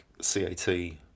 C-A-T